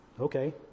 Okay